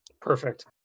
Perfect